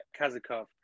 Kazakov